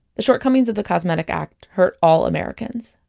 the shortcomings of the cosmetic act hurt all americans.